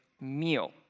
meal